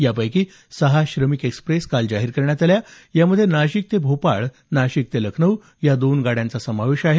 यापैकी सहा श्रमिक एक्सप्रेस काल जाहीर करण्यात आल्या यामध्ये नाशिक ते भोपाळ नाशिक ते लखनऊ या दोन गाड्यांचा समावेश आहे